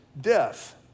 death